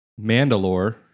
Mandalore